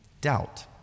doubt